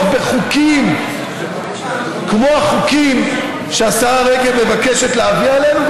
בחוקים כמו החוקים שהשרה רגב מבקשת להביא עלינו,